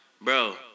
bro